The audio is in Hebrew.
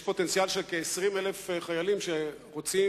יש פוטנציאל של כ-20,000 חיילים שרוצים